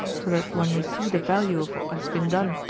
so that one may see the value of what has been done.